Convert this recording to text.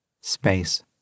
Space